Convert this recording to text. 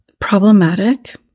problematic